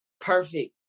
perfect